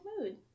mood